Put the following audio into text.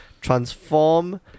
transform